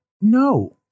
No